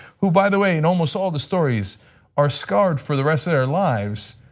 who by the way and almost all the stories are scarred for the rest of their lives,